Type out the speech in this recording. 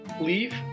leave